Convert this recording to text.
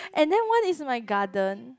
and then one is my garden